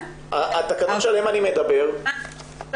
התקנות שעליהן אני מדבר --- רגע, שנייה.